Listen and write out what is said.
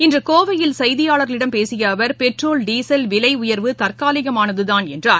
இன்றகோவையில் செய்தியாளர்களிடம் பேசியஅவர் petrol diesel விலையர்வு தற்காலிகமானதுதான் என்றார்